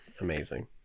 amazing